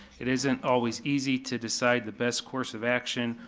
it isn't always easy to decide the best course of action,